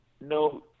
no